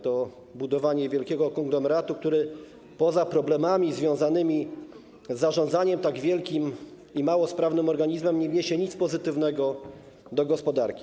To budowanie wielkiego konglomeratu, który poza problemami związanymi z zarządzaniem tak wielkim i mało sprawnym organizmem nie wniesie nic pozytywnego do gospodarki.